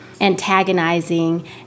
antagonizing